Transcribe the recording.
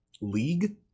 League